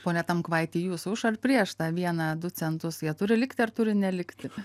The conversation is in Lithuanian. pone tamkvaiti jūs už ar prieš tą vieną du centus jie turi likti ar turi nelikti